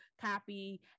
copy